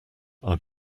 are